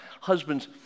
husbands